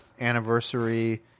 anniversary